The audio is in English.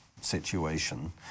situation